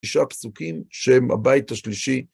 שישה פסוקים שהם הבית השלישי.